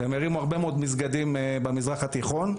הם הרימו הרבה מאוד מסגדים במזרח התיכון.